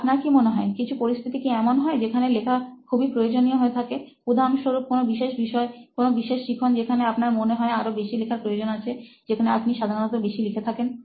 আপনার কি মনে হয় কিছু পরিস্থিতি কি এমন হয় যেখানে লেখা খুবই প্রয়োজনীয় হয়ে থাকে উদাহরণ স্বরূপ কোনো বিশেষ বিষয়কোনো বিশেষ শিখন যেখানে আপনার মনে হয় আরও বেশি লেখার প্রয়োজন আছে যেখানে আপনি সাধারণত বেশি লিখে থাকেন